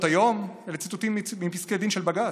היום" אלה ציטוטים מפסקי דין של בג"ץ,